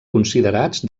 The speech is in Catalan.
considerats